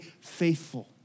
faithful